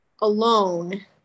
alone